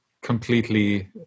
completely